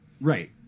Right